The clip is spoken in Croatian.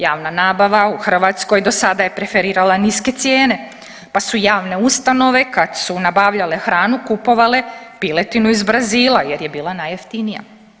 Javna nabava u Hrvatskoj do sada je preferirala niske cijene, pa su javne ustanove kada su nabavljale hranu kupovale piletinu iz Brazila jer je bila najjeftinija.